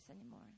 anymore